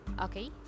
Okay